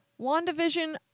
WandaVision